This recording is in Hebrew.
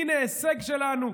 הינה הישג שלנו,